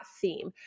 theme